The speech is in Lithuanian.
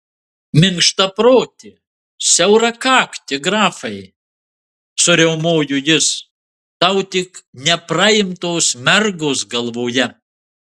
minkštaproti siaurakakti grafai suriaumojo jis tau tik nepraimtos mergos galvoje